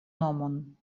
nomon